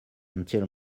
until